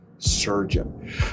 surgeon